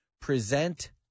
present